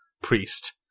Priest